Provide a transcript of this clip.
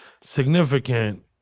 significant